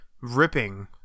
ripping